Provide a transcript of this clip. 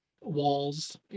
walls